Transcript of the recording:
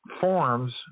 forms